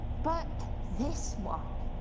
but this one,